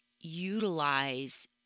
utilize